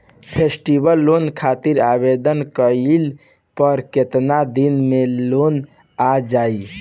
Festival loan खातिर आवेदन कईला पर केतना दिन मे लोन आ जाई?